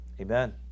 Amen